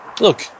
look